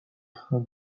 train